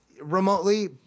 remotely